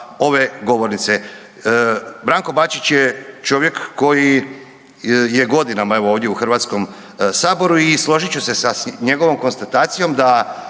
ove govornice. Branko Bačić je čovjek koji je godinama evo ovdje u Hrvatskom saboru i složit ću se sa njegovom konstatacijom da